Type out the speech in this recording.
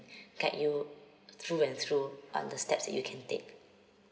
guide you through and through on the steps you can take